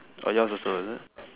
oh yours also is it